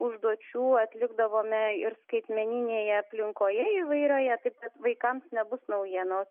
užduočių atlikdavome ir skaitmeninėje aplinkoje įvairioje taip kad vaikams nebus naujienos